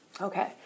Okay